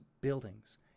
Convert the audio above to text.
buildings